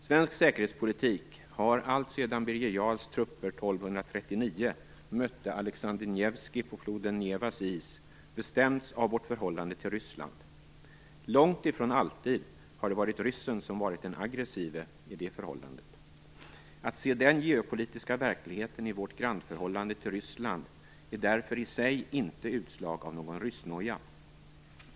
Svensk säkerhetspolitik har alltsedan Birger Jarls trupper 1239 mötte Alexander Nevskij på floden Nevas is bestämts av vårt förhållande till Ryssland. Långt ifrån alltid har det varit ryssen som varit den aggressive i det förhållandet. Att se den geopolitiska verkligheten i vårt grannförhållande till Ryssland är därför i sig inte utslag av någon ryssnoja.